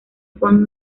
juan